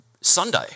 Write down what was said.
Sunday